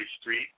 Street